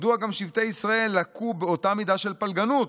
מדוע גם שבטי ישראל לקו באותה מידה של פלגנות?